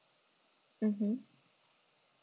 mmhmm